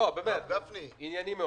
אולי כדאי שנעבור